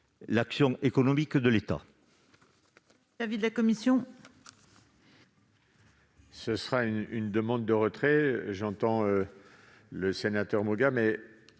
l'action économique de l'État.